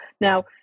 now